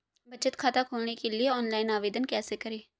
बचत खाता खोलने के लिए ऑनलाइन आवेदन कैसे करें?